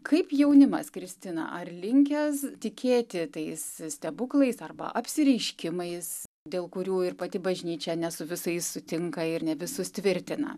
kaip jaunimas kristina ar linkęs tikėti tais stebuklais arba apsireiškimais dėl kurių ir pati bažnyčia ne su visais sutinka ir ne visus tvirtina